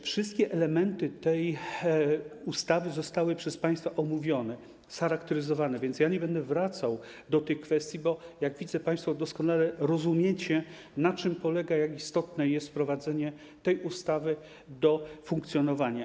Wszystkie elementy tej ustawy zostały przez państwa omówione, scharakteryzowane, więc nie będę wracał do tych kwestii, bo jak widzę, państwo doskonale rozumiecie, na czym polega i jak istotne jest wprowadzenie tej ustawy do funkcjonowania.